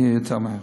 יהיה יותר מהר.